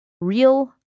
real